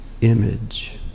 image